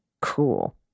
cool